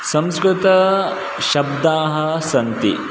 संस्कृतशब्दाः सन्ति